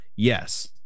yes